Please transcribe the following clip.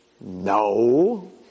No